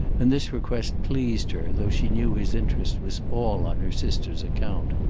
and this request pleased her, though she knew his interest was all on her sister's account.